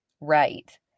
right